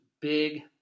big